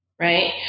right